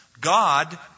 God